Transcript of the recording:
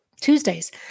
tuesdays